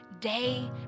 Day